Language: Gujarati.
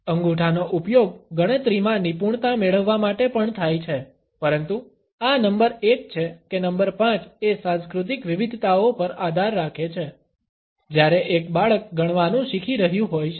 અંગૂઠાનો ઉપયોગ ગણતરીમાં નિપુણતા મેળવવા માટે પણ થાય છે પરંતુ આ નંબર એક છે કે નંબર પાંચ એ સાંસ્કૃતિક વિવિધતાઓ પર આધાર રાખે છે જ્યારે એક બાળક ગણવાનું શીખી રહ્યું હોય છે